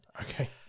Okay